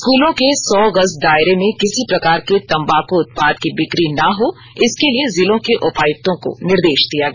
स्कूलों के सौ गज दायरे में किसी प्रकार के तम्बाकू उत्पाद की बिक्री न हो इसके लिए जिलों के उपायुक्तों को निर्दे ा दिया गया